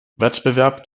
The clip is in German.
wettbewerb